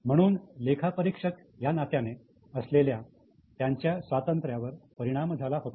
म्हणून लेखापरीक्षक या नात्याने असलेल्या त्यांच्या स्वातंत्र्यावर परिणाम झाला होता